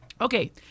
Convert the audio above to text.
okay